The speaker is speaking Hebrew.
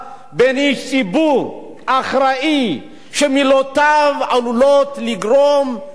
שמילותיו עלולות לגרום למעשה של אלימות פיזית,